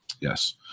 Yes